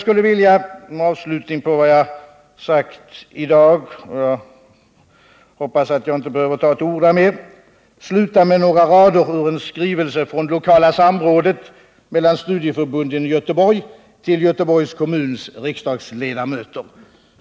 Som avslutning på vad jag har sagt i dag — jag hoppas att jag inte behöver ta till orda mer — skulle jag vilja läsa upp några rader ur en skrivelse från lokala samrådet mellan studieförbunden i Göteborg till Göteborgs kommuns riksdagsledamöter.